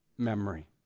memory